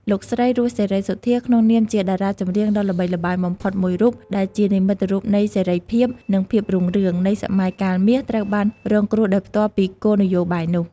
លោកស្រី រស់ សេរីសុទ្ធា ក្នុងនាមជាតារាចម្រៀងដ៏ល្បីល្បាញបំផុតមួយរូប ដែលជា និមិត្តរូបនៃសេរីភាព និងភាពរុងរឿង នៃសម័យកាលមាស ត្រូវបានរងគ្រោះដោយផ្ទាល់ពីគោលនយោបាយនោះ។